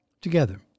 Together